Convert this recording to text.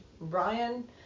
Brian